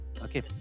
okay